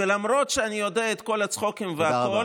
למרות שאני יודע את כל הצחוקים והכול,